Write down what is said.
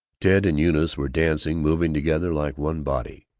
ted and eunice were dancing, moving together like one body.